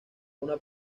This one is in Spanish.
una